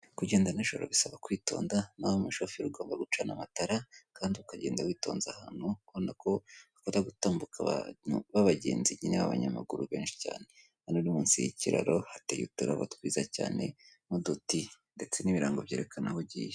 Kugenda nijoro bisaba kwitonda, naho waba umushoferi ugomba gucana amatara, kandi ukagenda witonze ahantu ubona ko hakunda gutambuka abantu b'abagenzi, nyine b'abanyamaguru benshi cyane, bari munsi y'ikiraro hateye uturabo twiza cyane, n'uduti ndetse n'ibirango byerekana aho ugiye.